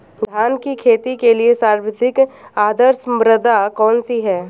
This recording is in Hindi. धान की खेती के लिए सर्वाधिक आदर्श मृदा कौन सी है?